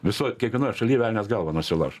visoj kiekvienoj šaly velnias galvą nusilauš